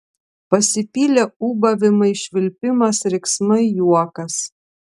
pasipylė ūbavimai švilpimas riksmai juokas